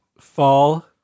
fall